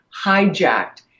hijacked